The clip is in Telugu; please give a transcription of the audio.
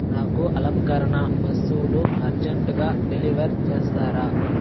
నాకు అలంకరణ వస్తువులు అర్జంటుగా డెలివర్ చేస్తారా